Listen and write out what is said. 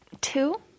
two